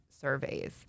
surveys